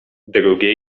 drugie